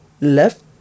left